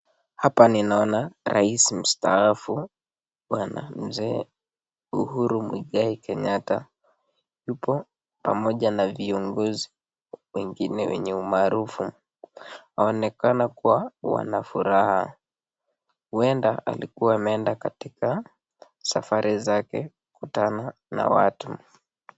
Hapa ninaona rais mstaafu bwana mzee Uhuru Muigai Kenyatta, yupo pamoja na viongozi wengine wenye umaarufu. Waonekana kuwa wana furaha ueda alikuwa ameeda katika safari zake kukutana na watu.